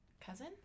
cousin